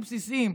בסיסיים.